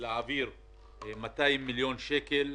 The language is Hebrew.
להעביר 200 מיליון שקל.